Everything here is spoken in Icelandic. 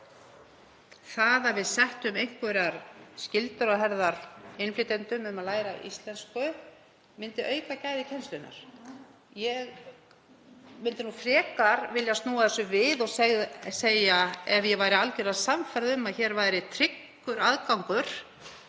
það að við settum einhverjar skyldur á herðar innflytjendum um að læra íslensku myndi auka gæði kennslunnar. Ég myndi nú frekar vilja snúa þessu við og segja: Ef ég væri algerlega sannfærð um að hér væri tryggur aðgangur